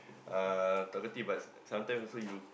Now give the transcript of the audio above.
uh talkative but sometimes also you